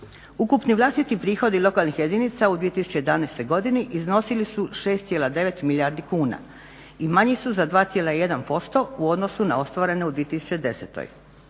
Ukupni vlastiti prihodi lokalnih jedinica u 2011. godini iznosili su 6,9 milijardi kuna i manji su za 2,1% u odnosu na ostvareno u 2010.